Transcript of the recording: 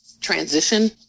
transition